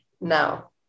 now